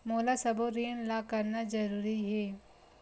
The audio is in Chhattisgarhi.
मोला सबो ऋण ला करना जरूरी हे?